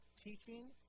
teaching